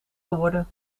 geworden